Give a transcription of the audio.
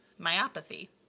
Myopathy